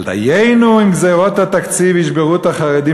אבל דיינו אם גזירות התקציב ישברו את החרדים